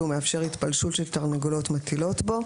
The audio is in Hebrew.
ומאפשר התפלשות של תרנגולות מטילות בו.